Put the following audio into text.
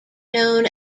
known